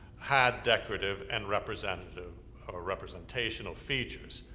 had decorative and representational representational features,